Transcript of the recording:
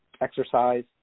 exercise